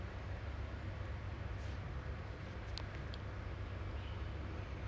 dia ken~ just kena lepas ah just without warning kena lepas so a bit tight on budget